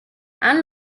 and